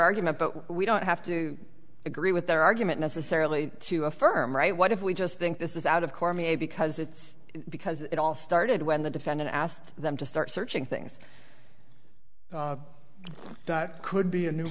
argument but we don't have to agree with their argument necessarily to affirm right what if we just think this is out of cormier because it's because it all started when the defendant asked them to start searching things that could be a new